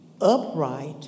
upright